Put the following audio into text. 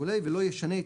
ולא ישנה,